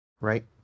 right